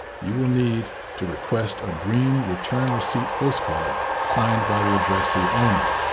you will need to request a green return receipt postcard signed by the addressee only.